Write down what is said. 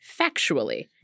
factually